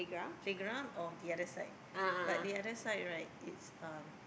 playground or the other side but the other side right it's um